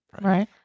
Right